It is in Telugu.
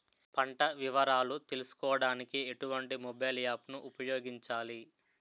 పంట వివరాలు తెలుసుకోడానికి ఎటువంటి మొబైల్ యాప్ ను ఉపయోగించాలి?